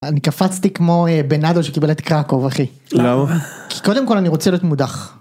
אני קפצתי כמו אה.. בנאדו שקיבלת את קראקוב אחי.למה? כי קודם כל אני רוצה להיות מודח.